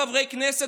חברי הכנסת,